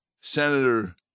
Senator